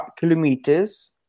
kilometers